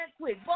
quick